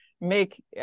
make